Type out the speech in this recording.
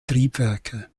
triebwerke